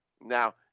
Now